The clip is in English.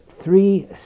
three